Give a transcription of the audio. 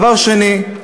דבר שני,